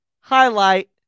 Highlight